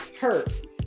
hurt